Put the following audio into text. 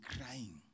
crying